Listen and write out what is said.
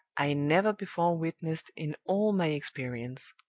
i never before witnessed in all my experience.